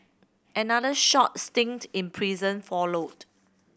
another short stint in prison followed